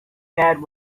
bad